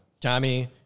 Tommy